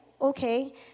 okay